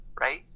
right